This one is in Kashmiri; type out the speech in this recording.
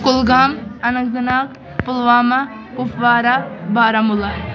کُلگام اننت ناگ پُلوامہ کُپوارہ بارہمولہ